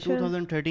2013